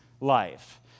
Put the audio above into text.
life